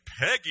Peggy